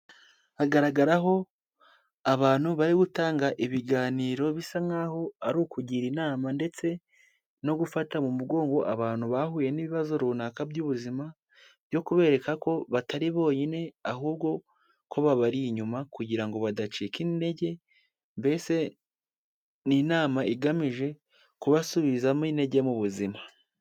Hagaragaraho abantu bari gutanga ibiganiro bisa nk'aho ari ukugira inama ndetse no gufata mu mugongo abantu bahuye n'ibibazo runaka by'ubuzima, byo kubereka ko batari bonyine ahubwo ko babari inyuma kugira ngo badacika intege. Mbese ni inama igamije kubasubizamo intege mu buzima.